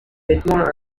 vêtement